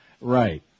Right